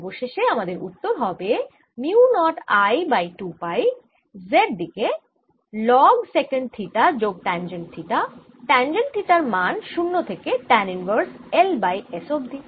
অবশেষে আমাদের উত্তর হবে mu naught I by 2 pi Z দিকে লগ সেকান্ট থিটা যোগ ট্যাঞ্জেন্ট থিটা ট্যাঞ্জেন্ট থিটার মান 0 থেকে tan inverse L by S অবধি